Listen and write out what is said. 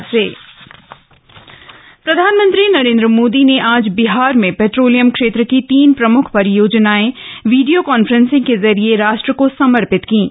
प्रधानमंत्री आन उज्वला योजना प्रधानमंत्री नरेन्द्र मोदी ने आज बिहार में पेट्रोलियम क्षेत्र की तीन प्रमुख परियोजनाएं वीडियो कॉन्फ्रेंसिंग के जरिए राष्ट्र को समर्पित कीं